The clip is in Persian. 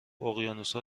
اقیانوسها